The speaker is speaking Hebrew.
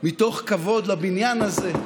מתוך כבוד לבניין הזה,